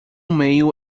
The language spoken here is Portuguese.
meio